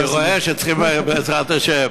אני רואה שצריכים, בעזרת השם.